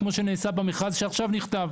כמו שנעשה במכרז שעכשיו נכתב.